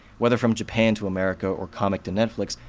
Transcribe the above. whether from japan to america or comic to netflix,